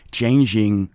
changing